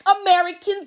Americans